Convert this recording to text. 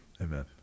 Amen